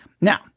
Now